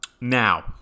now